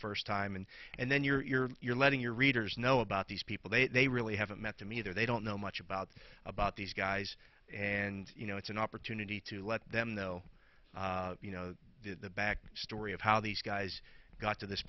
first time and and then you're you're letting your readers know about these people they really haven't met them either they don't know much about about these guys and you know it's an opportunity to let them know you know the back story of how these guys got to this